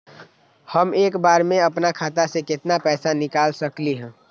हम एक बार में अपना खाता से केतना पैसा निकाल सकली ह?